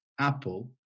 Apple